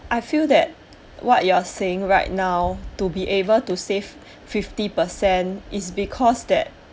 I feel that what you are saying right now to be able to save fifty percent is because that